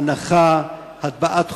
הנחה, הטבעת חותמות.